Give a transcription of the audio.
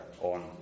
on